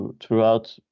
throughout